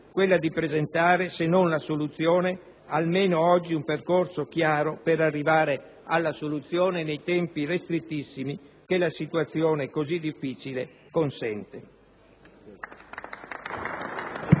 quella di presentare oggi, se non la soluzione almeno un percorso chiaro per arrivare alla soluzione nei tempi ristrettissimi che la situazione così difficile consente.